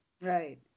Right